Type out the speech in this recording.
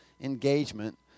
engagement